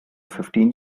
fifteen